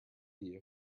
you